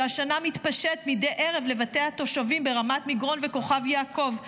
שעשנה מתפשט מדי ערב לבתי התושבים ברמת מגרון ובכוכב יעקב,